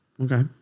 Okay